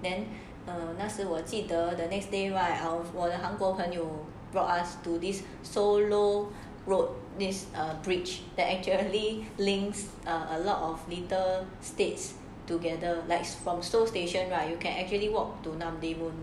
then err 那时我记得 the next day right our 我的韩国朋友 brought us to solo road this a bridge that actually links are a lot of streets together likes from seoul station right you can actually walk to